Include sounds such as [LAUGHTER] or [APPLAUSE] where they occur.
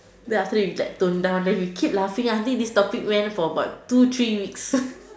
then after that you like tone down then you keep laughing until this topic went for about two three weeks [LAUGHS]